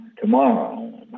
tomorrow